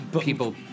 people